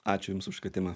ačiū jums už kvietimą